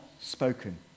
spoken